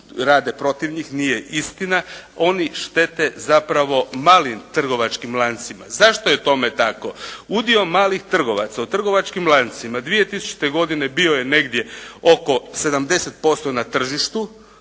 rade protiv njih. Nije istina. Oni štete zapravo malim trgovačkim lancima. Zašto je tome tako? Udio malih trgovaca u trgovačkim lancima 2000. godine bio je negdje oko 70% na tržištu,